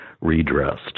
redressed